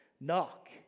Knock